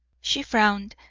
she frowned.